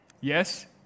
Yes